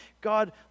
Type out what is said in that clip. God